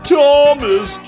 Thomas